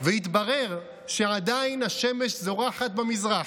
ויתברר שעדיין השמש זורחת במזרח,